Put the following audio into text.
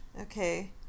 Okay